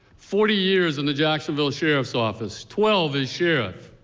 forty years in the jacksonville sheriff's office, twelve as sheriff,